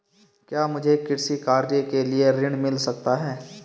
क्या मुझे कृषि कार्य के लिए ऋण मिल सकता है?